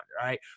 right